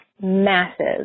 massive